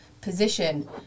position